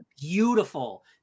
beautiful